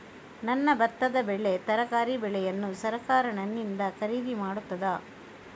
ನನ್ನ ಭತ್ತದ ಬೆಳೆ, ತರಕಾರಿ ಬೆಳೆಯನ್ನು ಸರಕಾರ ನನ್ನಿಂದ ಖರೀದಿ ಮಾಡುತ್ತದಾ?